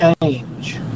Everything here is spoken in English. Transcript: change